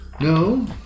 No